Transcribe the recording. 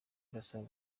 irasaba